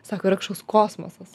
sako yra kažkoks kosmosas